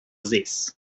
this